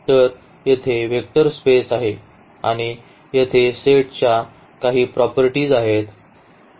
ती येथे vector space आहे आणि येथे सेटच्या काही प्रॉपर्टीज आहेत